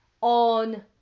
on